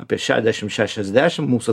apie šešdešim šešiasdešim mūsų